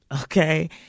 Okay